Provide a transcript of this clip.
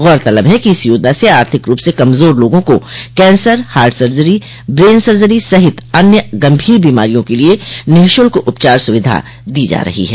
गौरतलब है कि इस योजना से आर्थिक रूप से कमजोर लोगों को cancer heart surgery brain surgery सहित अन्य गंभीर बीमारियों के लिये निःशुल्क उपचार सुविधा दी जा रही है